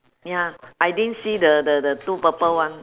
ya I didn't see the the the two purple one